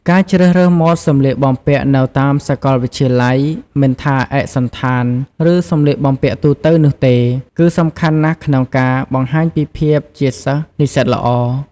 ការជ្រើសរើសម៉ូដសម្លៀកបំពាក់នៅតាមសាកលវិទ្យាល័យ មិនថាឯកសណ្ឋាន ឬសម្លៀកបំពាក់ទូទៅនោះទេ គឺសំខាន់ណាស់ក្នុងការបង្ហាញពីភាពជាសិស្សនិស្សិតល្អ។